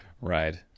right